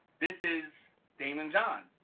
this is daymond john,